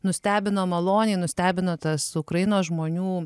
nustebino maloniai nustebino tas ukrainos žmonių